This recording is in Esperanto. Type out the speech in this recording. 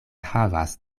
havas